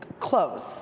Close